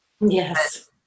Yes